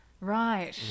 Right